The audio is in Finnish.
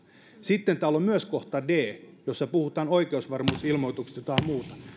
sitten täällä on myös kohta d jossa puhutaan oikeusvarmuusilmoituksesta jotain muuta